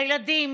לילדים,